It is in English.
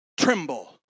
tremble